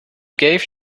gave